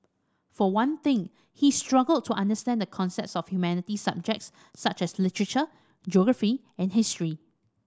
for one thing he struggled to understand the concepts of humanities subjects such as literature geography and history